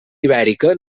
ibèrica